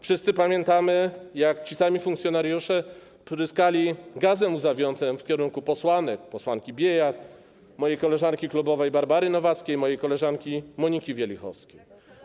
Wszyscy pamiętamy, jak ci sami funkcjonariusze pryskali gazem łzawiącym w kierunku posłanek: posłanki Biejat, mojej koleżanki klubowej Barbary Nowackiej, mojej koleżanki Moniki Wielichowskiej.